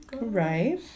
right